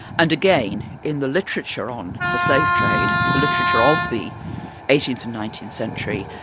and again, in the literature on the slave trade, the literature of the eighteenth and nineteenth century,